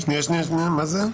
מה זה?